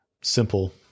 simple